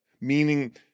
meaning